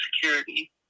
Security